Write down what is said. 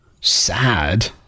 sad